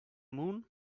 moon